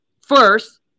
first